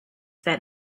that